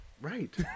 right